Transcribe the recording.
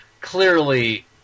clearly